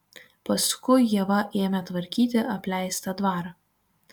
paskui ieva ėmė tvarkyti apleistą dvarą